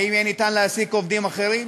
האם יהיה ניתן להעסיק עובדים אחרים?